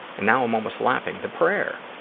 and now, i'm almost laughing, the prayer.